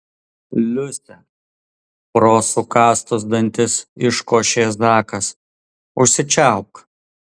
liuse pro sukąstus dantis iškošė zakas užsičiaupk